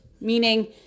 meaning